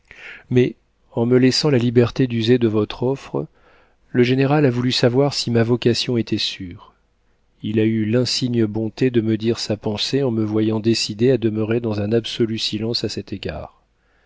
mais en me laissant la liberté d'user de votre offre le général a voulu savoir si ma vocation était sûre il a eu l'insigne bonté de me dire sa pensée en me voyant décidé à demeurer dans un absolu silence à cet égard